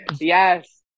Yes